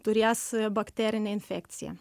turės bakterinę infekciją